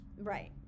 right